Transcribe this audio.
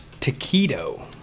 taquito